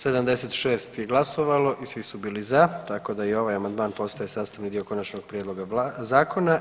76 je glasovalo i svi su bili za, tako da i ovaj amandman postaje sastavni dio konačnog prijedloga zakona.